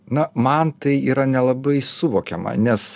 na man tai yra nelabai suvokiama nes